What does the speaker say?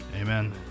Amen